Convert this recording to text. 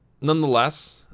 nonetheless